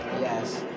Yes